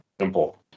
Simple